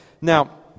Now